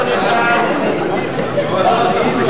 קבוצת חבר הכנסת נחמן שי, חברת הכנסת